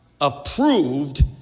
approved